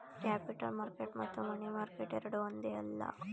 capital market ಮತ್ತು money market ಎರಡೂ ಒಂದೇ ಅಲ್ಲ